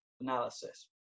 analysis